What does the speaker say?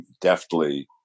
deftly